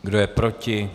Kdo je proti ?